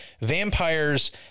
vampires